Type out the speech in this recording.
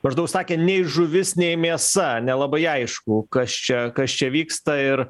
maždaug sakė nei žuvis nei mėsa nelabai aišku kas čia kas čia vyksta ir